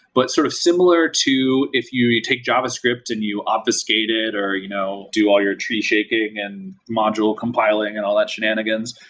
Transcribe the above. but sort of similar to if you you take javascript and you obfuscate it or you know do all your tree shaking and module compiling and all that shenanigans.